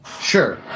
Sure